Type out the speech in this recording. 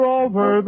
over